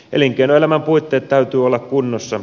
elinkeinoelämän puitteiden täytyy olla kunnossa